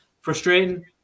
Frustrating